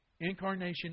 Incarnation